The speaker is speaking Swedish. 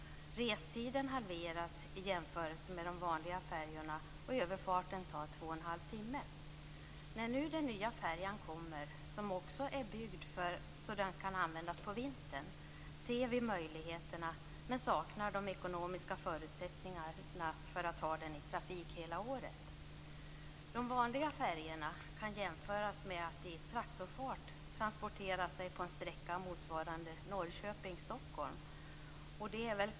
Restiden halveras i jämförelse med de vanliga färjorna, och överfarten tar 2 1⁄2 timme. När nu den nya färjan kommer, som också är byggd för att kunna användas på vintern, ser vi möjligheterna men saknar de ekonomiska förutsättningarna för att ha den i trafik hela året.